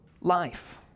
life